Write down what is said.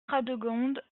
radegonde